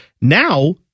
Now